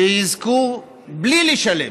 שיזכו, בלי לשלם,